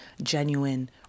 genuine